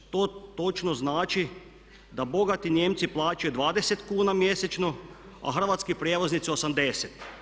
To točno znači da bogati Nijemci plaćaju 20 kuna mjesečno, a hrvatski prijevoznici 80.